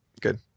Good